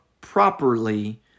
properly